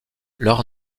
leur